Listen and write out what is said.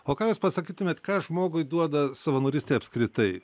o ką jūs pasakytumėt ką žmogui duoda savanorystė apskritai